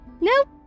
Nope